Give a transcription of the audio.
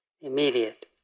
immediate